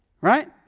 right